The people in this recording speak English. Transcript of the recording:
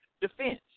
defense